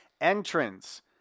entrance